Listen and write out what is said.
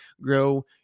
grow